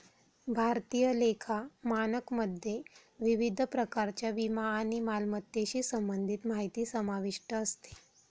भारतीय लेखा मानकमध्ये विविध प्रकारच्या विमा आणि मालमत्तेशी संबंधित माहिती समाविष्ट असते